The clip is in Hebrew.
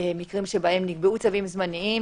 מקרים שבהם נקבעו צווים זמניים,